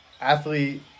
athlete